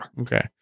okay